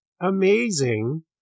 amazing